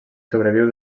sobreviu